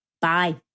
Bye